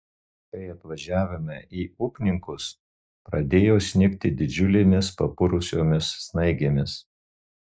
kai atvažiavome į upninkus pradėjo snigti didžiulėmis papurusiomis snaigėmis